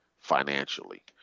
financially